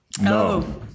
No